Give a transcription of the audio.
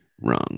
wrong